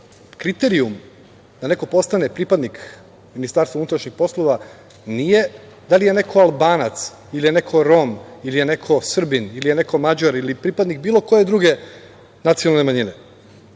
kriterijum da neko postane pripadnik Ministarstva unutrašnjih poslova nije da li je neko Albanac ili je neko Rom ili je neko Srbin ili je neko Mađar ili pripadnik bilo koje druge nacionalne manjine.